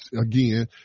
again